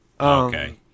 Okay